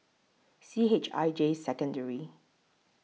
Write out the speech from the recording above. C H I J Secondary